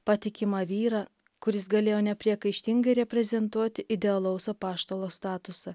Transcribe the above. patikimą vyrą kuris galėjo nepriekaištingai reprezentuot idealaus apaštalo statusą